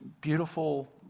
beautiful